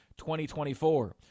2024